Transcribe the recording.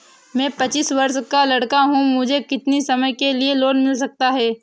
मैं पच्चीस वर्ष का लड़का हूँ मुझे कितनी समय के लिए लोन मिल सकता है?